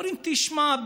אומרים: תשמע,